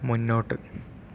മുന്നോട്ട്